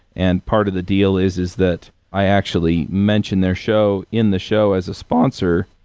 and part of the deal is, is that i actually mention their show in the show as a sponsor.